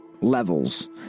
levels